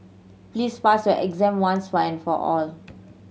please pass your exam once and for all